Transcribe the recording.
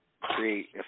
create